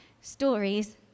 Stories